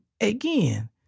again